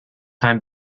time